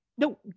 No